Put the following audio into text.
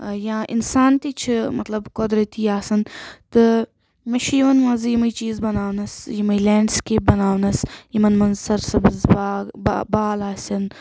یا اِنسان تہِ چھِ مطلب قۄدرٔتی آسان تہٕ مےٚ چھُ یِوان مَزٕ یِمے چیٖز بَناونَس یِمے لیٚنٛڑسِکیٚپ بَناونَس یِمن منٛز سر سَبٕز باغ با بال آسن